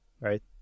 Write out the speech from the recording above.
right